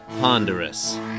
Ponderous